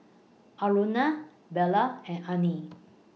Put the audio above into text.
Aruna Bellur and Anil